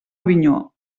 avinyó